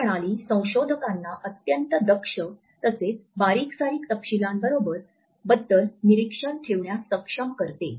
ही प्रणाली संशोधकांना अत्यंद दक्ष तसेच बारीक सारीक तपशीलाबद्दल निरीक्षण ठेवण्यास सक्षम करते